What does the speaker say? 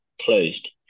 closed